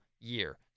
year